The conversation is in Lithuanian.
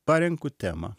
parenku temą